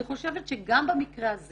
אני חושבת שגם במקרה הזה